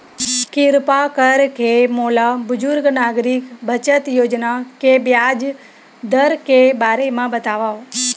किरपा करके मोला बुजुर्ग नागरिक बचत योजना के ब्याज दर के बारे मा बतावव